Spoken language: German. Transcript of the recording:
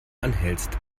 anhältst